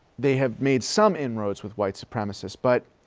they have made some inroads with white supremacists, but